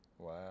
Wow